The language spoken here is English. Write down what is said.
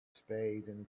spade